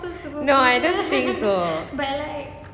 no I don't think so